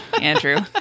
Andrew